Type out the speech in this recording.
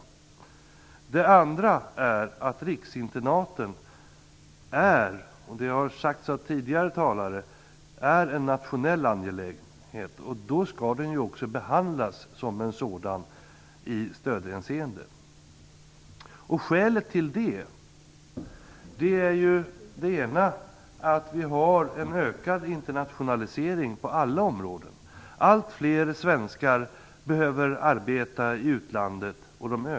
Det andra är att riksinternaten är - och det har sagts av tidigare talare - en nationell angelägenhet, och då skall den också behandlas som en sådan i stödhänseende. Också här finner jag två skäl. Det ena är att vi har en ökad internationalisering på alla områden. Ett ökande antal svenskar behöver arbeta i utlandet.